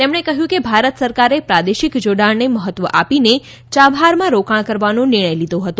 તેમણે કહ્યું કે ભારત સરકારે પ્રાદેશિક જોડાણને મહત્વ આપીને ચાબહારમાં રોકાણ કરવાનો નિર્ણય લીધો હતો